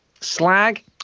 Slag